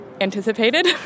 anticipated